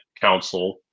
council